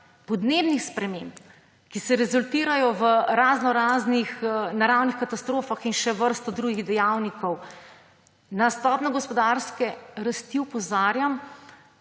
podnebnih sprememb, ki se rezultirajo v raznoraznih naravnih katastrofah, in še vrsto drugih dejavnikov. Na stopnjo gospodarske rasti opozarjam,